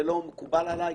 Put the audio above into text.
זה לא מקובל עלי.